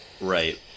Right